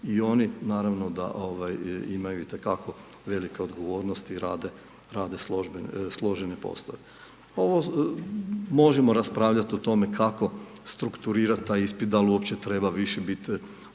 i oni naravno da imaju itekako velike odgovornosti i rade složene poslove. Ovo, možemo raspravljati o tome kako strukturirati taj ispit, da li uopće treba više biti usmenog